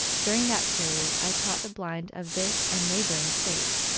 during that period i taught the blind of this and neighboring states,